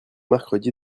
mercredi